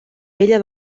vella